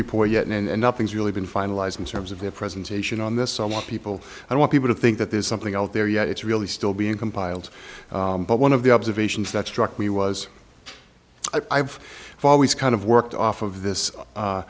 report yet and nothing's really been finalized in terms of the presentation on this so i want people i want people to think that there's something out there yet it's really still being compiled but one of the observations that struck me was i've always kind of worked off of this